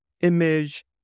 image